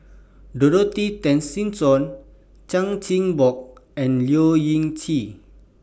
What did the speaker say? Dorothy Tessensohn Chan Chin Bock and Leu Yew Chye